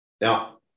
Now